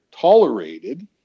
tolerated